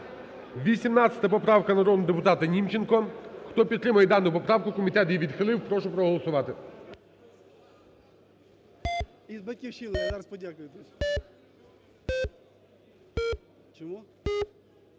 18-а поправка народного депутата Німченко. Хто підтримує дану поправку, комітет її відхилив, прошу проголосувати.